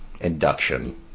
induction